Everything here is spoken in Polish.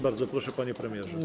Bardzo proszę, panie premierze.